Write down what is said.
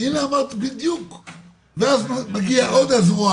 אז מגיע עוד זרוע